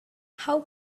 how